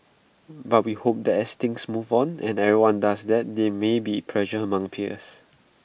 but we hope that as things move on and everyone does that there may be pressure among peers